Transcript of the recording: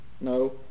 No